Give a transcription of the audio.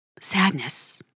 Sadness